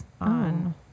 on